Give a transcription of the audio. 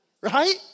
Right